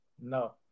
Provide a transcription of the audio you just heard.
no